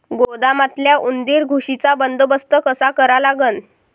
गोदामातल्या उंदीर, घुशीचा बंदोबस्त कसा करा लागन?